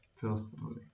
personally